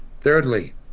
Thirdly